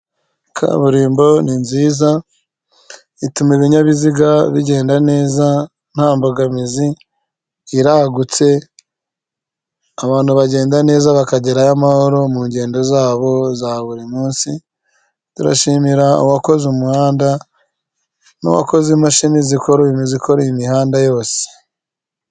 Kaburimbo ni nziza, ituma ibinyabiziga bigenda neza, nta mbogamizi iragutse abantu bagenda neza, bakagerayo amahoro mu ngendo zabo za buri munsi. Turashimira uwakoze umuhanda n’uwakoze imashini zikora imizi, ikore imihanda yose.